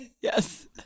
Yes